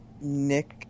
Nick